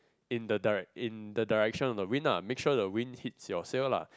in the direct~ in the direction of the wind lah make sure the wind hits your seal lah